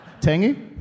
Tangy